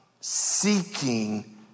seeking